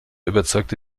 überzeugte